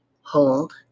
hold